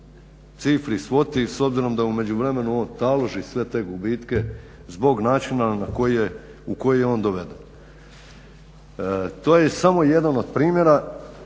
cifri, svoti s obzirom da u međuvremenu on taloži sve te gubitke zbog načina u koji je on doveden. To je samo jedan od primjera